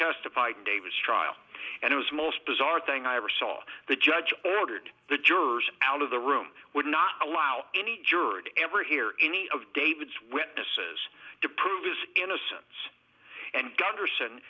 testified in david's trial and it was most bizarre thing i ever saw the judge ordered the jurors out of the room would not allow any juror to ever hear any of david's witnesses to prove his innocence and g